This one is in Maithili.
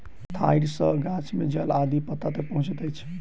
ठाइड़ सॅ गाछ में जल आदि पत्ता तक पहुँचैत अछि